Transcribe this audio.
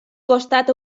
costat